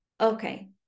Okay